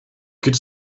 could